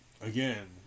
again